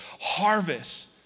harvest